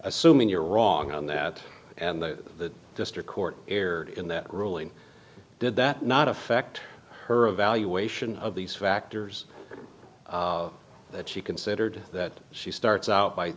assuming you're wrong on that and the district court erred in that ruling did that not affect her evaluation of these factors that she considered that she starts out by